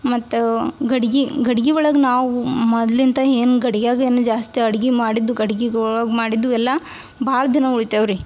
ಮತ್ತು ಗಡ್ಗೆ ಗಡ್ಗೆ ಒಳಗೆ ನಾವು ಮದ್ಲಿಂದ ಏನ್ ಗಡ್ಗಿಯಾಗ ಏನು ಜಾಸ್ತಿ ಅಡ್ಗೆ ಮಾಡಿದ್ದು ಗಡ್ಗೆ ಒಳಗೆ ಮಾಡಿದ್ದು ಎಲ್ಲ ಭಾಳ ದಿನ ಉಳಿತವೆ ರೀ